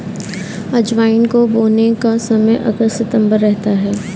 अजवाइन को बोने का समय अगस्त सितंबर रहता है